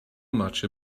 much